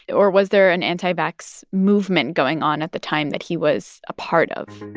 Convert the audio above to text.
or was there an anti-vax movement going on at the time that he was a part of?